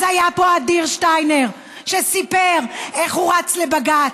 אז היה פה אדיר שטיינר וסיפר איך הוא רץ לבג"ץ.